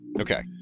Okay